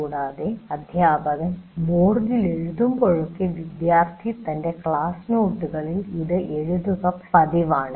കൂടാതെ അധ്യാപകൻ ബോർഡിൽ എഴുതുമ്പോഴൊക്കെ വിദ്യാർത്ഥി തന്റെ ക്ലാസ് നോട്ടുകളിൽ ഇതിൽ എഴുതുന്നത് പതിവാണ്